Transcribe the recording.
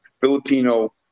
Filipino